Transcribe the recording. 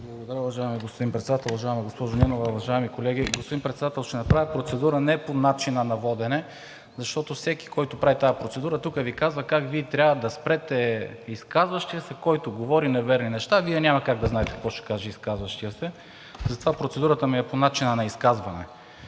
Благодаря, уважаеми господин Председател. Уважаема госпожо Нинова, уважаеми колеги! Господин Председател, ще направя процедура не по начина на водене, защото всеки, който прави тази процедура, Ви казва как Вие трябва да спрете изказващия се, който говори неверни неща, а Вие няма как да знаете какво ще каже изказващият се. Затова процедурата ми е по начина на изказване.